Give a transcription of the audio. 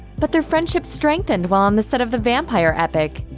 but their friendship strengthened while on the set of the vampire epic.